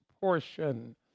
portion